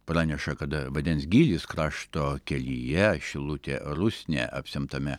praneša kada vandens gylis krašto kelyje šilutė rusnė apsemtame